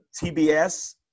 tbs